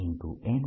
n12 D1